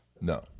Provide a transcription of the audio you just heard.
No